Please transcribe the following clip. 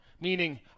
meaning